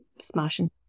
smashing